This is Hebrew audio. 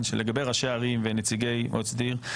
שלחברי מועצה צריכות להיות יותר הגנות בתוך המועצה.